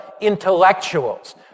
intellectuals